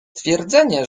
twierdzenie